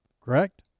correct